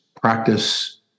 practice